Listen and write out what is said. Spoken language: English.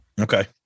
Okay